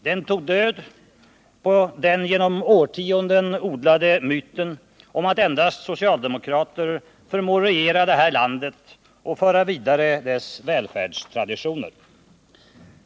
Den tog död på den genom årtionden odlade myten om att endast socialdemokrater förmår regera det här landet och föra vidare dess välfärdstraditioner.